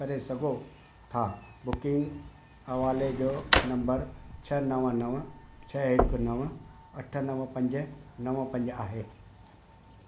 करे सघो था बुकिंग हवाले जो नंबर छह नव नव छह हिकु नव अठ नव पंज नव पंज आहे